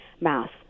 math